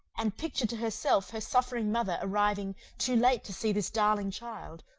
and pictured to herself her suffering mother arriving too late to see this darling child,